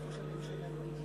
מאת חברות הכנסת זהבה גלאון,